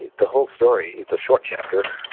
the whole story, it's a short chapter,